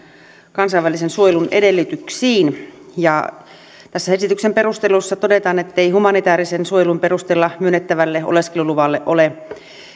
kansainvälisen suojelun edellytyksiin esityksen perusteluissa todetaan ettei humanitäärisen suojelun perusteella myönnettävälle oleskeluluvalle ole